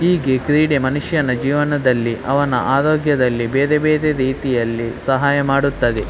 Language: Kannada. ಹೀಗೇ ಕ್ರೀಡೆ ಮನುಷ್ಯನ ಜೀವನದಲ್ಲಿ ಅವನ ಆರೋಗ್ಯದಲ್ಲಿ ಬೇರೆ ಬೇರೆ ರೀತಿಯಲ್ಲಿ ಸಹಾಯ ಮಾಡುತ್ತದೆ